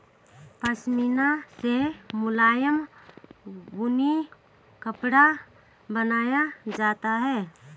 पशमीना से मुलायम ऊनी कपड़ा बनाया जाता है